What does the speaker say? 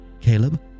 Caleb